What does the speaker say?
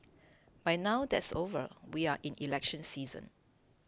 but now that's over we are in election season